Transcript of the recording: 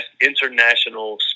international